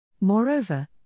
Moreover